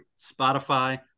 Spotify